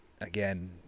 again